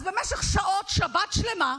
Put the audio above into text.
במשך שעות, שבת שלמה,